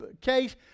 case